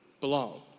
belong